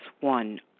One